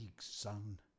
son